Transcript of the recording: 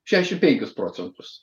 šešiasdešimt penkis procentus